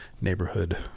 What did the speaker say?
neighborhood